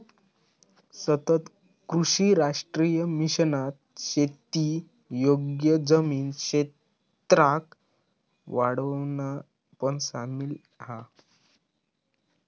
सतत कृषी राष्ट्रीय मिशनात शेती योग्य जमीन क्षेत्राक वाढवणा पण सामिल हा